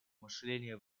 мышления